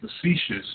facetious